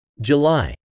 July